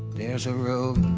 there's a road